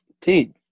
Dude